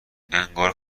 انگار